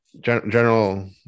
general